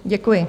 Děkuji.